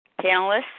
Panelists